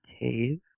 Cave